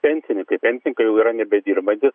pensininkai pensininkai jau yra nebedirbantys